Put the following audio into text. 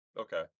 Okay